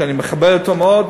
שאני מכבד אותו מאוד,